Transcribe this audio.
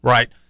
Right